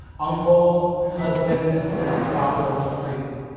uncle, husband and father of three.